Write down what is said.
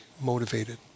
motivated